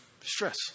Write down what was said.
Stress